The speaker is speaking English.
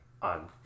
on